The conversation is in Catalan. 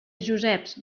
joseps